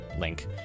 link